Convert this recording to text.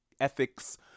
ethics